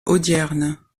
audierne